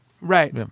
Right